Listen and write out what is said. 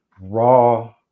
raw